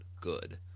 good